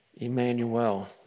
Emmanuel